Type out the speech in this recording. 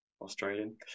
Australian